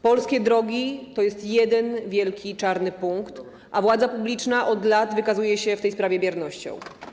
Polskie drogi to jest jeden wielki czarny punkt, a władza publiczna od lat wykazuje się w tej sprawie biernością.